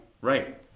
right